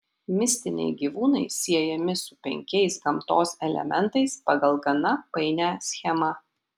mistiniai gyvūnai siejami su penkiais gamtos elementais pagal gana painią schemą